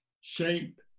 shape